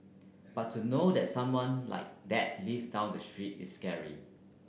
but to know that someone like that lives down the street is scary